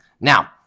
Now